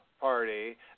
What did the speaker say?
party